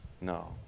No